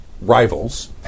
rivals